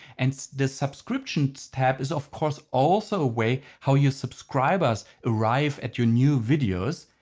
and the subscriptions tab is of course also a way how your subscribers arrive at your new videos.